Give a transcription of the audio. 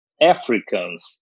Africans